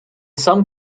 some